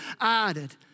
added